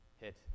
hit